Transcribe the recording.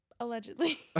Allegedly